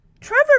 Trevor